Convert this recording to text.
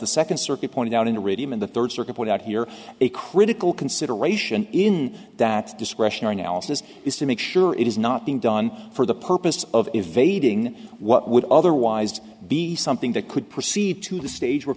the second circuit pointed out into radium in the third circuit with out here a critical consideration in that discretion else this is to make sure it is not being done for the purpose of evading what would otherwise be something that could proceed to the stage where